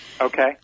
Okay